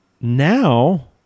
Now